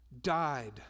died